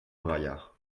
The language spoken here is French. braillard